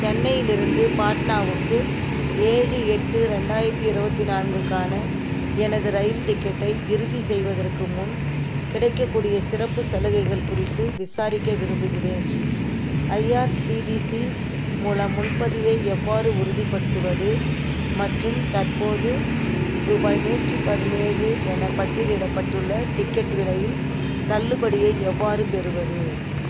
சென்னையிலிருந்து பாட்னாவுக்கு ஏழு எட்டு ரெண்டாயிரத்து இருபத்தி நான்குக்கான எனது ரயில் டிக்கெட்டை இறுதி செய்வதற்கு முன் கிடைக்கக்கூடிய சிறப்புச் சலுகைகள் குறித்து விசாரிக்க விரும்புகிறேன் ஐஆர்சிடிசி மூலம் முன்பதிவை எவ்வாறு உறுதிப்படுத்துவது மற்றும் தற்போது ரூபாய் நூற்றிப் பதினேழு என பட்டியலிடப்பட்டுள்ள டிக்கெட் விலையில் தள்ளுபடியை எவ்வாறு பெறுவது